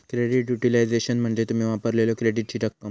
credit utilization म्हणजे तुम्ही वापरलेल्यो क्रेडिटची रक्कम